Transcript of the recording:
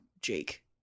Jake